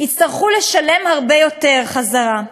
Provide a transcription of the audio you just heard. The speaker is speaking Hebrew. יצטרכו לשלם הרבה יותר חזרה.